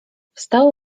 wstał